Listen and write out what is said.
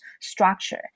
structure